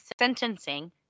sentencing